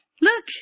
Look